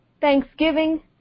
thanksgiving